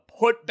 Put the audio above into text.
putback